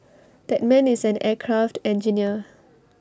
that man is an aircraft engineer